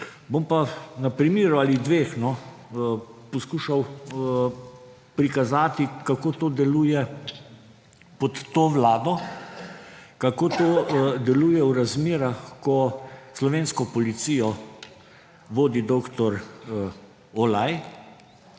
Bom pa na primeru ali dveh poskušal prikazati, kako to deluje pod to vlado, kako to deluje v razmerah, ko slovensko policijo vodi dr. Olaj,